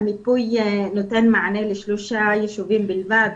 המיפוי נותן מענה לשלושה יישובים בלבד,